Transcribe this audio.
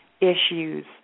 issues